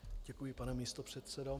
Děkuji, pane místopředsedo.